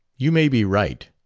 you may be right,